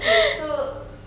okay so